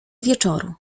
wieczoru